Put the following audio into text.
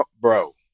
bro